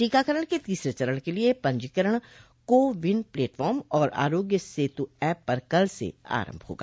टीकाकरण के तीसरे चरण के लिए पंजीकरण को विन प्लेटफॉर्म और आरोग्य सेतु एप पर कल से आरंभ होगा